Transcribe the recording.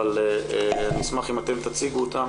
אבל נשמח אם אתם תציגו אותם